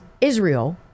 Israel